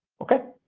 okay?